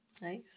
Nice